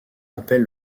appel